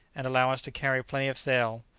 and allow us to carry plenty of sail,